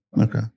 Okay